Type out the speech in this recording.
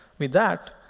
with that,